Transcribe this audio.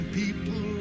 people